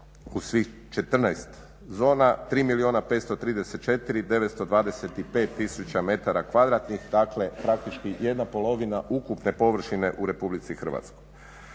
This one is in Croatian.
u svih 14 zona 3 milijuna 534 925 tisuća metara kvadratnih, dakle praktički jedna polovina ukupne površine u RH. Broj